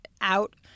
out